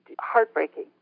heartbreaking